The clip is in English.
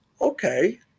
okay